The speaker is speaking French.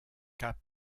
cas